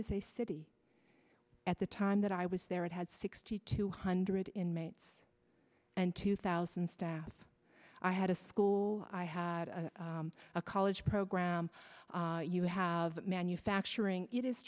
is a city at the time that i was there it had sixty two hundred inmates and two thousand staff i had a school i had a college program you have manufacturing it is